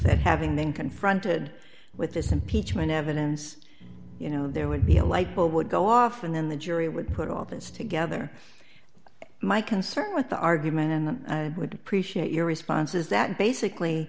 and having then confronted with this impeachment evidence you know there would be a light bill would go off and then the jury would put all this together my concern with the argument and the would appreciate your response is that basically